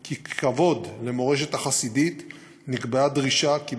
כי מתוך כבוד למורשת החסידית נקבעה דרישה שנוסח התפילה